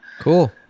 cool